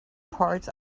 parts